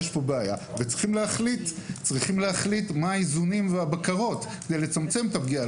יש כאן בעיה וצריך להחליט מה האיזונים והבקרות כדי לצמצם את הפגיעה.